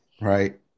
right